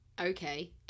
Okay